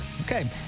Okay